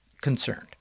Concerned